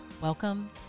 Welcome